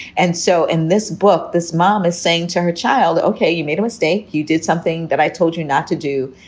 and so in this book, this mom is saying to her child, ok, you made a mistake. you did something that i told you not to do.